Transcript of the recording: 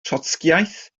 trotscïaeth